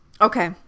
Okay